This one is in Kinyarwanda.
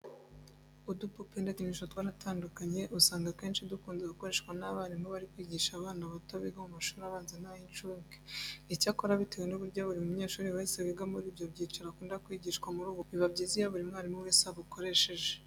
Udupupe ndetse n'udukinisho tw'amabara atandukanye usanga akenshi dukunze gukoreshwa n'abarimu bari kwigisha abana bato biga mu mashuri abanza n'ay'incuke. Icyakora bitewe n'uburyo buri munyeshuri wese wiga muri ibi byiciro akunda kwigishwa muri ubu buryo, biba byiza iyo buri mwarimu wese abukoresheje.